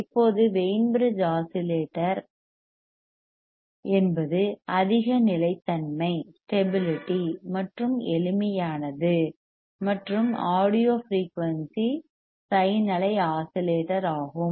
இப்போது Wien bridge oscillator என்பது அதிக நிலைத்தன்மை stability ஸ்டபிலிடி மற்றும் எளிமை ஆனது மற்றும் ஆடியோ ஃபிரெயூனிசி சைன் அலை ஆஸிலேட்டர் ஆகும்